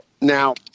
Now